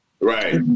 Right